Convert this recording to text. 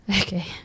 Okay